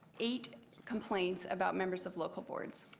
eight complaints about members of local boards.